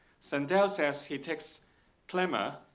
sandel says he takes clammer,